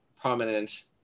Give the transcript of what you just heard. prominent